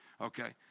Okay